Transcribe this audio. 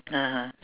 (uh huh)